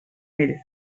ell